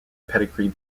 pedigree